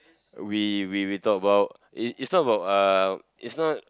we we talk about it it's not about uh it's not